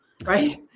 right